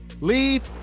Leave